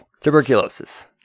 Tuberculosis